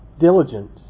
diligent